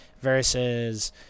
versus